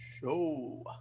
show